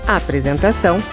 apresentação